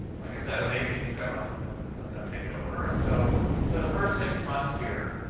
like i said, amazingly, chevron let them let them take it over. and so so the first six months here,